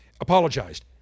apologized